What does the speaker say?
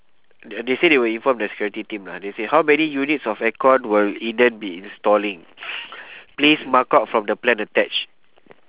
they uh they say they will inform the security team ah they say how many units of aircon will eden be installing please mark out from the plan attach